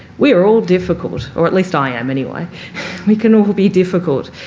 we are all difficult or at least i am anyway we can all be difficult.